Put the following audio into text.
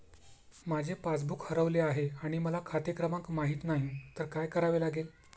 माझे पासबूक हरवले आहे आणि मला खाते क्रमांक माहित नाही तर काय करावे लागेल?